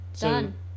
done